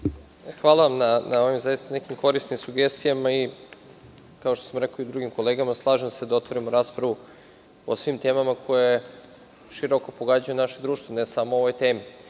Hvala vam na nekim korisnim sugestijama. Kao što sam rekao drugim kolegama, slažem se da otvorimo raspravu o svim temama koje široko pogađaju naše društvo ne samo o ovoj